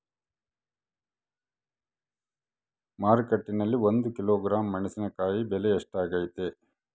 ಮಾರುಕಟ್ಟೆನಲ್ಲಿ ಒಂದು ಕಿಲೋಗ್ರಾಂ ಮೆಣಸಿನಕಾಯಿ ಬೆಲೆ ಎಷ್ಟಾಗೈತೆ?